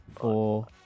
four